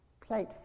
plate